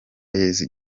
yezu